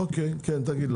אוקי, כן תגיד לי.